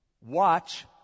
Watch